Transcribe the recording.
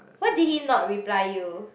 what did he not reply you